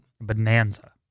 Bonanza